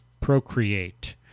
procreate